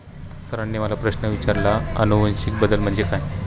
सरांनी मला प्रश्न विचारला आनुवंशिक बदल म्हणजे काय?